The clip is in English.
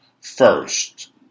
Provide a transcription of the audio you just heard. first